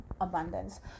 abundance